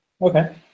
Okay